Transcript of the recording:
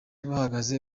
bahagaze